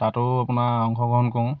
তাতো আপোনাৰ অংশগ্ৰহণ কৰোঁ